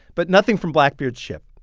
but nothing from blackbeard's ship.